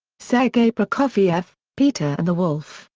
sergei prokofiev peter and the wolf,